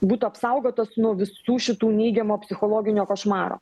būtų apsaugotas nuo visų šitų neigiamo psichologinio košmaro